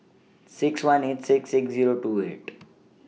six one eight six six Zero two eight